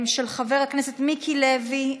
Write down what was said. של חבר הכנסת מיקי לוי,